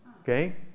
okay